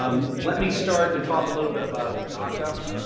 um let me start and talk a little bit about daca.